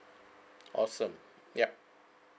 awesome yup